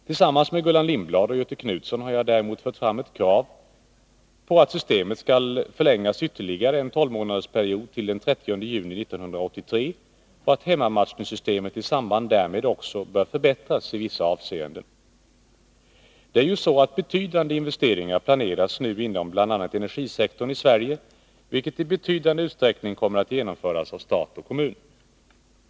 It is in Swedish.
Tillsammans med Gullan Lindblad och Göthe Knutson har jag däremot fört fram ett krav på att systemet skall förlängas ytterligare en tolvmånadersperiod till den 30 juni 1983 och att hemmamatchningssystemet i samband därmed också skall förbättras i vissa avseenden. Det är ju så att betydande investeringar nu planeras inom bl.a. energisektorn i Sverige, vilka i betydande utsträckning kommer att genomföras av stat och kommun.